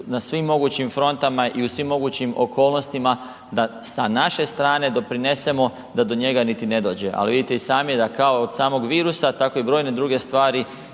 na svim mogućim frontama i u svim mogućim okolnostima da sa naše strane doprinesemo da do njega niti ne dođe. Ali vidite i sami da kao od samog virusa tako i brojne druge stvari